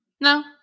No